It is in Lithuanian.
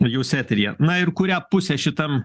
jūs eteryje na ir kurią pusę šitam